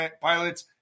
pilots